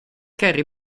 kerry